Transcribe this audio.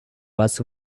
was